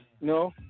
no